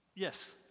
Yes